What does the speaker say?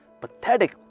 pathetic